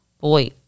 boy